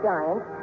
Giants